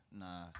Nah